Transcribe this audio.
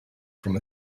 from